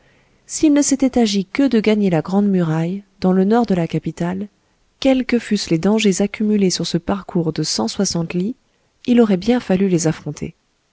s'il ne s'était agi que de gagner la grande muraille dans le nord de la capitale quels que fussent les dangers accumulés sur ce parcours de cent soixante lis il aurait bien fallu les affronter